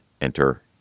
Enter